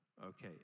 Okay